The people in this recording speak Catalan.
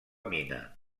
mina